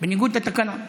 בניגוד לתקנון.